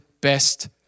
best